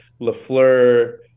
Lafleur